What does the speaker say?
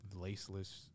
laceless